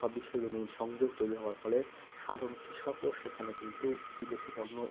বা বিশ্বজনীন সংযোগ তৈরি হওয়ার ফলে সাধারণ কৃষকও সেখানে কিন্তু বিদেশী পণ্য